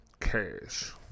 Cash